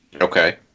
okay